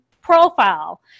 profile